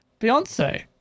Beyonce